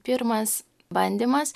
pirmas bandymas